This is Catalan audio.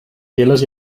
piles